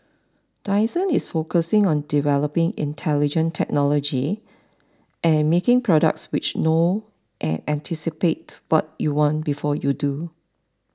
Dyson is focusing on developing intelligent technology and making products which know and anticipate what you want before you do